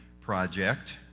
Project